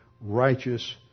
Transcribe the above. righteous